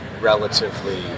relatively